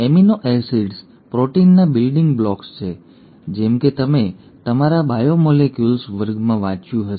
amino acids પ્રોટીનના building blocks છે જેમ કે તમે તમારા બાયોમોલેક્યુલ્સ વર્ગમાં વાંચ્યું હશે